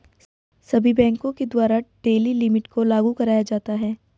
सभी बैंकों के द्वारा डेली लिमिट को लागू कराया जाता है